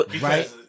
right